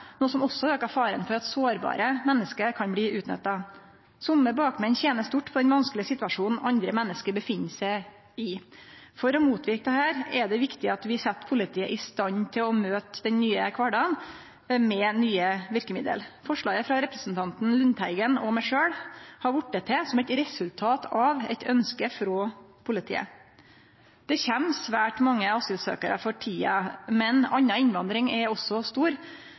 noko som også aukar faren for at sårbare menneske kan bli utnytta. Somme bakmenn tener stort på den vanskelege situasjonen andre menneske er i. For å motverke dette er det viktig at vi set politiet i stand til å møte denne nye kvardagen med nye verkemiddel. Forslaget frå representanten Lundteigen og meg sjølv har kome til som eit resultat av eit ønske frå politiet. Det kjem svært mange asylsøkjarar for tida, men anna innvandring er også stor. Dei som kjem hit, kan vere sårbare menneske og